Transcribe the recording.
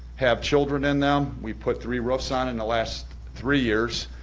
have children in them. we've put three roofs on in the last three years.